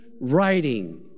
writing